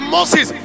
Moses